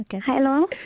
hello